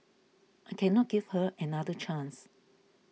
I cannot give her another chance